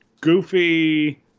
goofy